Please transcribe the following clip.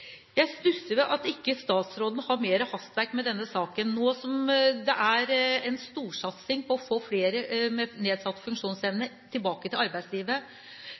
Jeg stusser ved at statsråden ikke har mer hastverk med denne saken, nå som det er en storsatsing for å få flere med nedsatt funksjonsevne tilbake til arbeidslivet.